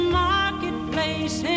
marketplace